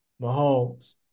Mahomes